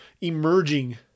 emerging